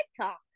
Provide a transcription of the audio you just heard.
tiktok